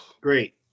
great